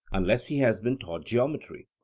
unless he has been taught geometry